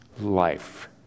life